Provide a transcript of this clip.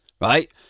right